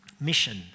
Mission